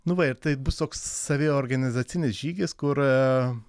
nu va ir tai bus toks saviorganizacinis žygis kur